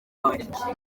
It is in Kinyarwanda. wanjye